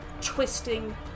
twisting